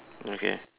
okay